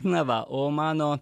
na va o mano